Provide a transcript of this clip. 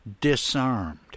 disarmed